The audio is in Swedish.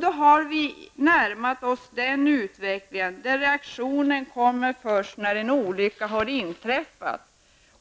Då har vi närmat oss den utveckling där reaktionen kommer först när en olycka har inträffat.